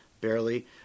barely